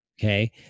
okay